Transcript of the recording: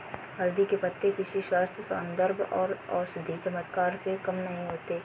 हल्दी के पत्ते किसी स्वास्थ्य, सौंदर्य और औषधीय चमत्कार से कम नहीं होते